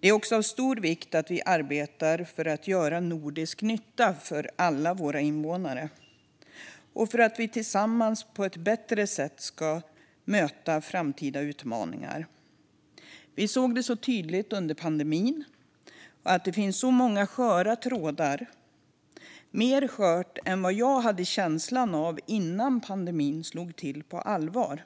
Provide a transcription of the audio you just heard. Det är också av stor vikt att vi arbetar för att göra nordisk nytta för alla invånare för att tillsammans på ett bättre sätt möta framtida utmaningar. Det blev tydligt under pandemin att det finns många sköra trådar i samarbetet. Det är skörare än vad jag hade känslan av innan pandemin slog till på allvar.